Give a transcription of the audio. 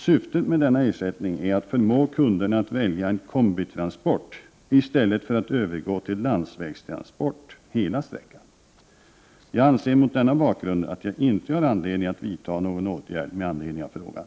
Syftet med denna ersättning är att förmå kunderna att välja en kombitransport i stället för att övergå till landsvägstransport hela sträckan. Jag anser mot denna bakgrund att jag inte har anledning att vidta någon åtgärd med anledning av frågan.